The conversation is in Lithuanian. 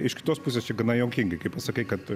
iš kitos pusės čia gana juokingai kai pasakai kad